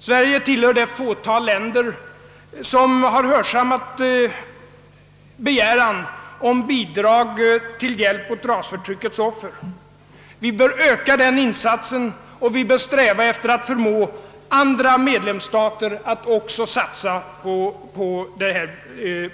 Sverige tillhör de få länder som har hörsammat begäran om bidrag till hjälp åt rasförtryckets offer. Vi bör öka den insatsen och sträva efter att förmå andra medlemsstater att också satsa på